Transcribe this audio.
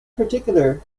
particular